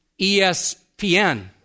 ESPN